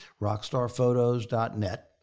Rockstarphotos.net